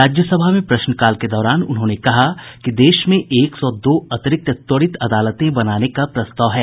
राज्य सभा में प्रश्नकाल के दौरान उन्होंने कहा कि देश में एक सौ दो अतिरिक्त त्वरित अदालतें बनाने का प्रस्ताव है